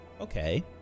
Okay